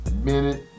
minute